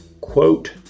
quote